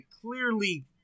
clearly